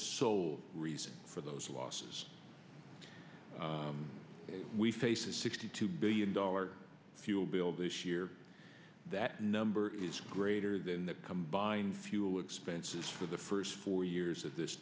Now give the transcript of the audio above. sole reason for those losses we face a sixty two billion dollars fuel bill this year that number is greater than the combined fuel expenses for the first four years of this